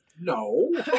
No